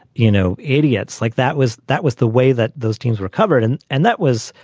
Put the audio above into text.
you know, idiots like that was that was the way that those teams recovered. and and that was,